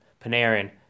Panarin